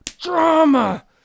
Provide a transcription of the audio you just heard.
drama